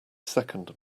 second